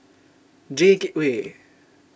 J Gateway